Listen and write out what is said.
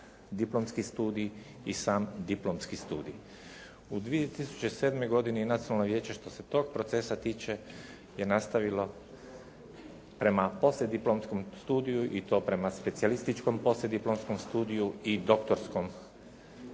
preddiplomski studij i sam diplomski studij. U 2007. godini Nacionalno vijeće što se tog procesa tiče je nastavilo prema poslijediplomskom studiju i to prema specijalističkom poslijediplomskom studiju i doktorskom